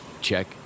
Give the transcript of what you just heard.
check